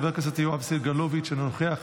חבר הכנסת יואב סגלוביץ' אינו נוכח,